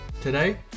Today